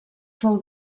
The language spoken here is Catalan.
fou